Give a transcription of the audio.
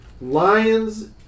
Lions